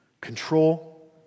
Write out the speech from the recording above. control